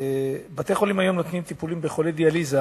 בתי-החולים היום נותנים טיפולים לחולי דיאליזה